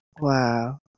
Wow